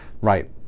Right